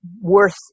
worth